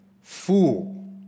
fool